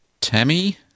Tammy